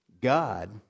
God